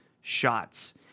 shots